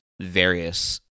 various